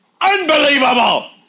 unbelievable